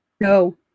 No